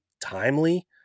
timely